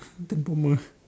ten former